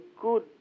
good